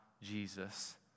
Jesus